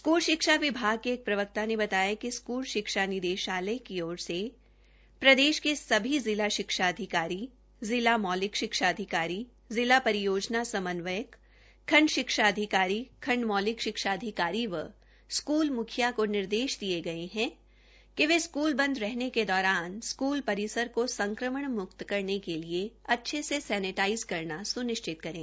school शिक्षा विभाग के एक प्रवक्ता ने बताया कि स्कूल शिक्षा निदेशालय की ओर से प्रदेश के सभी जिला शिक्षा अधिकारी जिला मौलिक शिक्षा अधिकारी जिला परियोजना समन्वयक खंड शिक्षा अधिकारी खंड मौलिक शिक्षा अधिकारी व स्क्ल म्खियाओं को निर्देश दिए गए हैं कि वे स्क्ल बंद रहने के दौरान स्कूल परिसर को संक्रमण म्क्त करने के लिए अच्छे से सैनेटाइज करना स्निश्चित करें